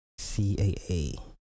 CAA